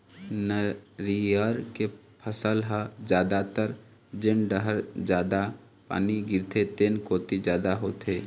नरियर के फसल ह जादातर जेन डहर जादा पानी गिरथे तेन कोती जादा होथे